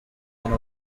one